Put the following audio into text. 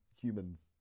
humans